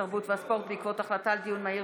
התרבות והספורט בעקבות דיון מהיר